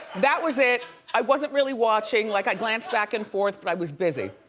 that was it. i wasn't really watching. like i glanced back and forth, but i was busy.